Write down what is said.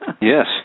Yes